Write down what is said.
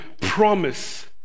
promise